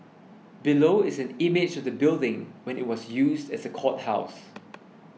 below is an image of the building when it was used as a courthouse